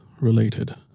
related